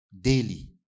daily